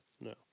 No